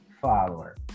follower